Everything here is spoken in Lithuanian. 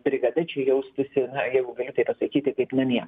brigada čia jaustųsi na jeigu galiu taip pasakyti kaip namie